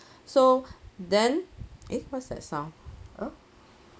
so then eh what's that sound uh